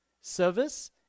service